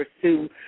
pursue